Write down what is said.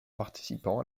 participant